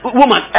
woman